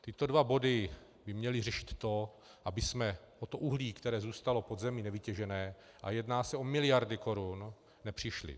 Tyto dva body by měly řešit to, abychom toto uhlí, které zůstalo v podzemí nevytěžené, a jedná se o miliardy korun, nepřišli.